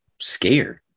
scared